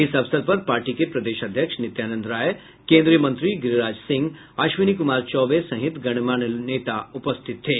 इस अवसर पर पार्टी के प्रदेश अध्यक्ष नित्यानंद राय केन्द्रीय मंत्री गिरिराज सिंह अश्विनी कुमार चौबे सहित गणमान्य नेता उपस्थित थे